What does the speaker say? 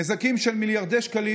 נזקים של מיליארדי שקלים